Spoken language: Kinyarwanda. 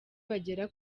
bagera